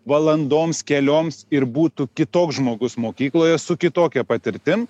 valandoms kelioms ir būtų kitoks žmogus mokykloje su kitokia patirtim